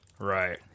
Right